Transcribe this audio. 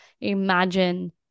imagine –